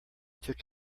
took